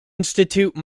institute